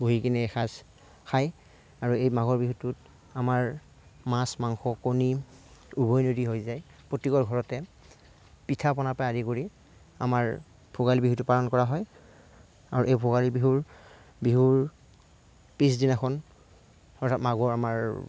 বহি কিনে এসাঁজ খায় আৰু এই মাঘৰ বিহুটোত আমাৰ মাছ মাংস কণী উভৈনদী হৈ যায় প্ৰত্যেকৰ ঘৰতে পিঠাপনা পৰা আদি কৰি আমাৰ ভোগালী বিহুটো পালন কৰা হয় আৰু এই ভোগালী বিহুৰ বিহুৰ পিছদিনাখন অৰ্থাৎ মাঘৰ আমাৰ